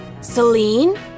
Celine